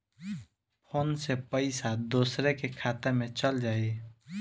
Phone से पईसा दूसरे के खाता में चल जाई?